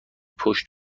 پشت